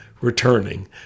returning